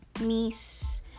miss